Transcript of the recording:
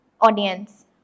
audience